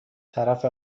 طرف